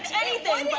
anything but,